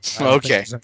Okay